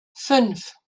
fünf